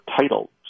title